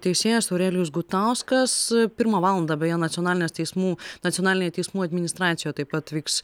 teisėjas aurelijus gutauskas pirmą valandą beje nacionalinės teismų nacionalinėj teismų administracijoj taip pat vyks